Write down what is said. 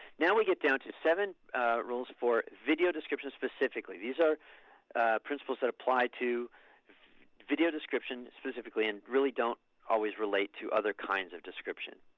now we get down to seven rules for video descriptions specifically. these are principles that apply to video description specifically and really don't always relate to other kinds of description.